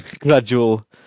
gradual